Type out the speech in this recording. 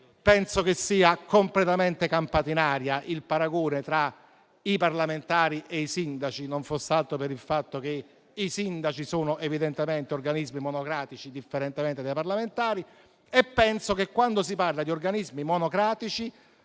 Penso che sia completamente campato in aria il paragone tra i parlamentari e i sindaci, non foss'altro per il fatto che i sindaci sono evidentemente organismi monocratici, differentemente dai parlamentari. Penso che quando si parla di organismi monocratici,